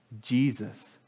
jesus